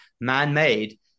man-made